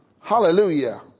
Hallelujah